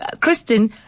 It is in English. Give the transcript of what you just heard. Kristen